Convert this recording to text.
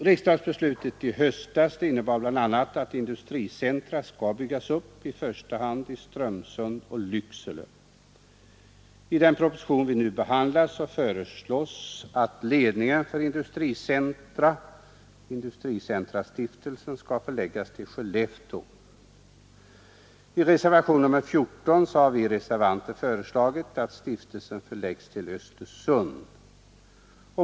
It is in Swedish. Riksdagsbeslutet i höstas innebar bl.a. att industricentra skall byggas upp i första hand i Strömsund och Lycksele. I den proposition vi nu behandlar föreslås att ledningen för industricentra, industricentrastiftelsen, skall förläggas till Skellefteå. I reservationen 14 har vi reservanter föreslagit att stiftelsen förläggs till Östersund.